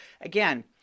again